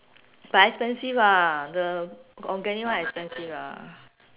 but expensive ah the organic one expensive ah